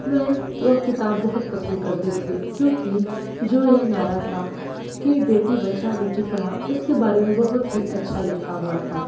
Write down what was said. मैं वह किताब बहुत पसंद करती थी क्योंकि जो यह नारा था की बेटी बचाओ बेटी पढ़ाओ उसके बारे में बहुत ही अच्छा लिखा हुआ था